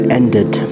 ended